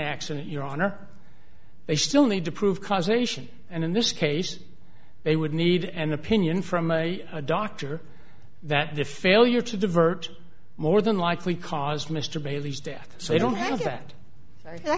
accident your honor they still need to prove causation and in this case they would need an opinion from a doctor that the failure to divert more than likely caused mr bailey's death so i don't